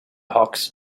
hawks